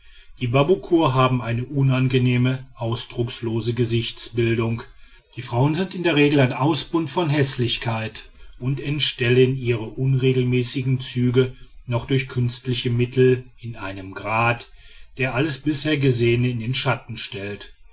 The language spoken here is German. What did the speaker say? die babuckur haben eine unangenehme ausdruckslose gesichtsbildung die frauen sind in der regel ein ausbund von häßlichkeit und entstellen ihre unregelmäßigen züge noch durch künstliche mittel in einem grad der alles bisher gesehene in den schatten stellt